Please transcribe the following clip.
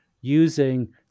using